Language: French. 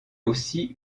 aussi